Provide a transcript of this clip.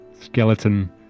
skeleton